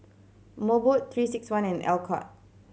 Mobot Three Six One and Alcott